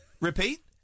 Repeat